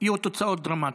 יהיו תוצאות דרמטיות,